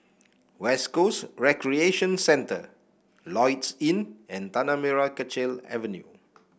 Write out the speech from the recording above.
West Coast Recreation Centre Lloyds Inn and Tanah Merah Kechil Avenue